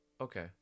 okay